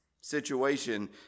Situation